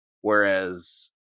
whereas